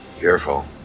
Careful